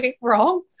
wrong